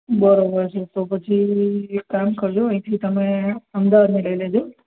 બરોબર છે તો પછી એક કામ કરજો અહીંથી તમે અમદાવાદની લઈ લેજો